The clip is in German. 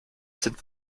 sind